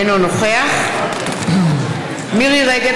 אינו נוכח מירי רגב,